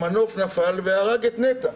המנוף נפל והרג את נטע.